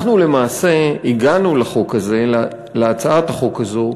אנחנו למעשה הגענו לחוק הזה, להצעת החוק הזו,